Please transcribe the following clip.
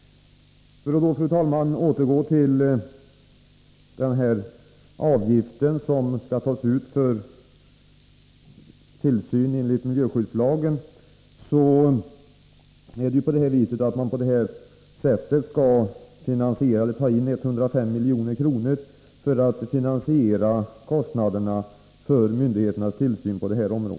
För att, fru talman, återgå till den avgift som skall tas ut för tillsyn enligt miljöskyddslagen är det ju så att man skall ta in 105 milj.kr. för att finansiera kostnaderna för denna tillsyn.